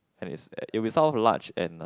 and it's it will sound large and